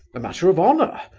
a matter of honour,